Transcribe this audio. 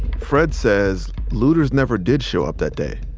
fred says looters never did show up that day.